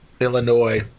Illinois